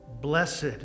blessed